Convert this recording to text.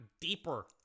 deeper